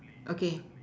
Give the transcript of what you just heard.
okay